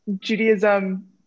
Judaism